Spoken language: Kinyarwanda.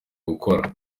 gukora